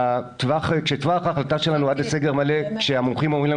כשטווח ההחלטה שלנו עד לסגר מלא שהמומחים אומרים לנו